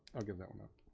i'll give that one up.